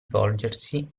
volgersi